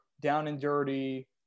down-and-dirty